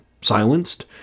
silenced